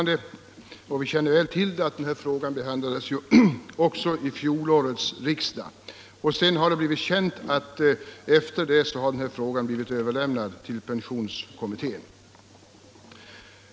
Denna fråga behandlades också av fjolårets riksdag, och den överlämnades sedermera till pensionskommittén.